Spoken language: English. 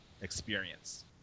experience